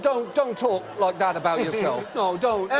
don't don't talk like that about yourself. no, don't,